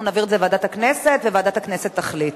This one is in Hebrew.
אנחנו נעביר את זה לוועדת הכנסת וועדת הכנסת תחליט.